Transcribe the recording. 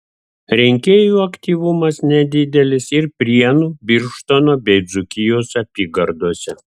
rinkėjų aktyvumas nedidelis ir prienų birštono bei dzūkijos apygardose